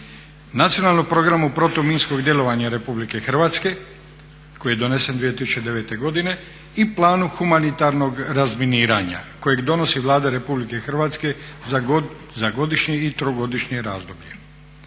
Nacionalni program protuminskog djelovanja Republike Hrvatske koji je donesen 2009. godine i Planu humanitarnog razminiranja kojeg donosi Vlada Republike Hrvatske za godišnje i trogodišnje razdoblje.